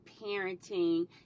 parenting